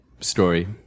story